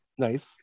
nice